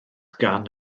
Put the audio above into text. gan